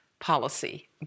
policy